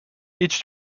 each